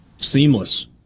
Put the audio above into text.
Seamless